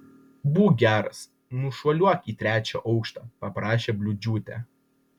būk geras nušuoliuok į trečią aukštą paprašė bliūdžiūtė